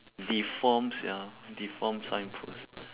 deformed sia deformed signpost